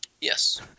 Yes